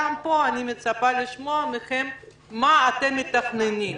גם פה אני מצפה לשמוע מכם מה אתם מתכננים.